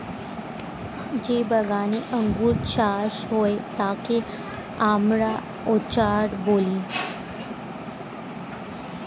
যেই বাগানে আঙ্গুর চাষ হয় তাকে আমরা অর্চার্ড বলি